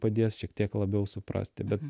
padės šiek tiek labiau suprasti bet